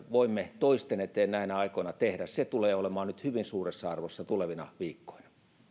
voimme toisten eteen näinä aikoina tehdä tulee olemaan nyt hyvin suuressa arvossa tulevina viikkoina